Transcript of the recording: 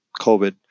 COVID